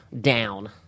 down